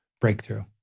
breakthrough